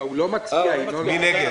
מי נגד?